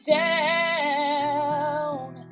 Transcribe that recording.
down